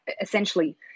essentially